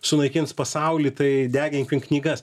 sunaikins pasaulį tai deginkim knygas